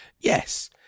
yes